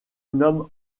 nomme